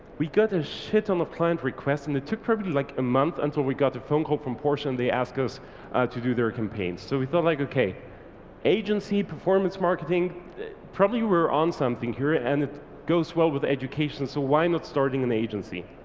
we got a shit on a client request in the took probably like a month until we got a phone call from porsche and they asked us to do their campaigns. so we thought like, okay agency performance marketing probably we were on something here and it goes well with education, so why not starting an agency.